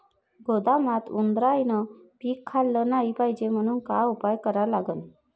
गोदामात उंदरायनं पीक खाल्लं नाही पायजे म्हनून का उपाय करा लागन?